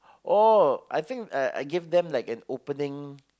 oh I think uh I gave them like an opening